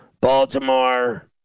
Baltimore